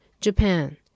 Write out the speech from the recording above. Japan